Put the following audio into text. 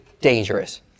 dangerous